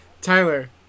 Tyler